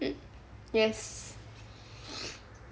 mm yes